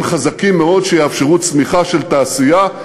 חזקים מאוד שיאפשרו צמיחה של תעשייה,